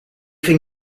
ging